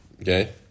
Okay